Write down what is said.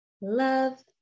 love